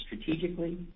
strategically